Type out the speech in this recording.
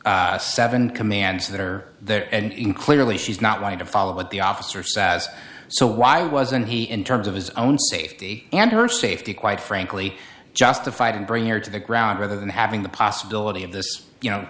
resistance seven commands that are there and in clearly she's not going to follow what the officer sat as so why wasn't he in terms of his own safety and her safety quite frankly justified and bring her to the ground rather than having the possibility of this you know